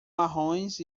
marrons